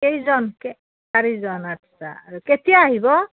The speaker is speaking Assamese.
কেইজন কে চাৰিজন আচ্ছা আৰু কেতিয়া আহিব